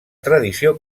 tradició